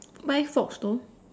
why fox though